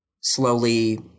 slowly